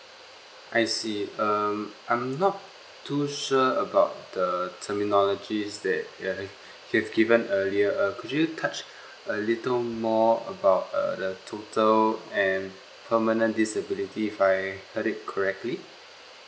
I see um I'm not too sure about the terminologies that you have you've given earlier err could you touch a little more about uh the total and permanent disability if I heard it correctly